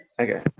Okay